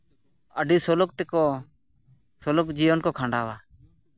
ᱟᱹᱰᱤ ᱥᱩᱞᱩᱠ ᱛᱮᱠᱚ ᱥᱩᱞᱩᱠ ᱡᱤᱭᱚᱱ ᱠᱚ ᱠᱷᱟᱱᱰᱟᱣᱟ